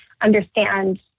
understand